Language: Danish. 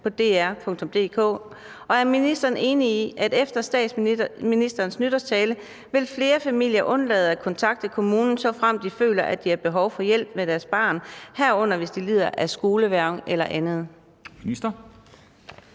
på dr.dk, og er ministeren enig i, at efter statsministerens nytårstale vil flere familier undlade at kontakte kommunen, såfremt de føler, at de har behov for hjælp med deres barn, herunder hvis det lider af skolevægring eller andet? Kl.